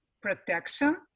protection